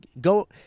go